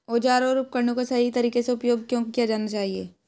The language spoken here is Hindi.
औजारों और उपकरणों का सही तरीके से उपयोग क्यों किया जाना चाहिए?